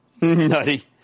Nutty